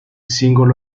singolo